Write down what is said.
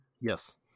Yes